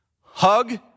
Hug